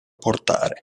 portare